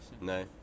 No